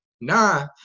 Nah